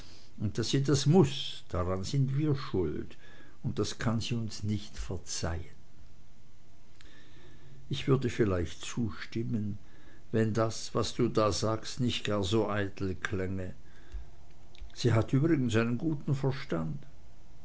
und daß sie das muß daran sind wir schuld und das kann sie uns nicht verzeihn ich würde vielleicht zustimmen wenn das was du da sagst nicht so sehr eitel klänge sie hat übrigens einen guten verstand